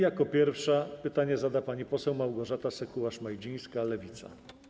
Jako pierwsza pytanie zada pani poseł Małgorzata Sekuła-Szmajdzińska, Lewica.